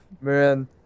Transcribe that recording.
Man